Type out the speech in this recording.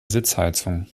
sitzheizung